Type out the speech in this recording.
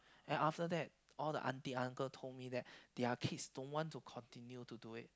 and after that all the aunty uncle told me that their kids don't want to continue to do it